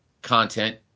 content